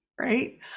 Right